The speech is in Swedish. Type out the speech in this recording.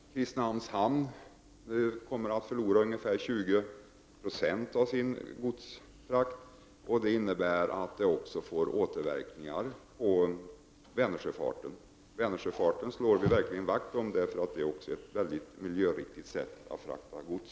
Kristinehamns hamn kommer att förlora ungefär 2090 av sin godsfrakt. Detta innebär att det också blir återverkningar på Vänersjöfarten. Denna sjöfart vill vi verkligen slå vakt om, eftersom detta är ett mycket miljöriktigt sätt att frakta gods.